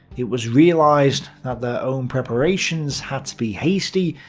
it was realised that their own preparations had to be hasty,